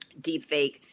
deepfake